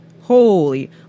Holy